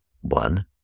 One